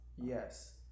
Yes